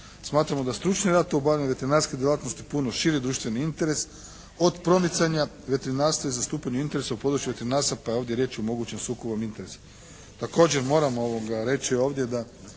Smatramo da stručni rad u obavljanju veterinarske djelatnosti je puno širi društveni interes od promicanja veterinarstva i zastupanju interesa u području veterinarstva, pa je ovdje riječ o mogućem sukobu interesa. Također moram reći ovdje da